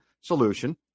solution